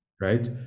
right